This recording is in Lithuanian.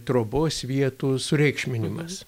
trobos vietų sureikšminimas